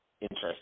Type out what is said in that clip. interest